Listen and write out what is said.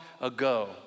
ago